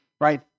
right